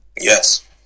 Yes